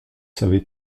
savez